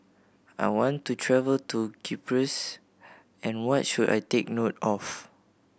I want to travel to Cyprus and what should I take note of